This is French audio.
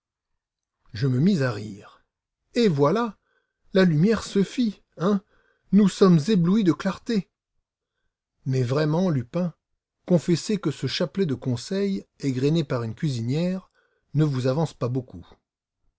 je me mis à rire et voilà la lumière se fit hein nous sommes éblouis de clarté mais vraiment lupin confessez que ce chapelet de conseils égrené par une cuisinière ne vous avance pas beaucoup